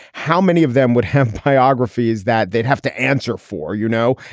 how many of them would have biographies that they'd have to answer for? you know,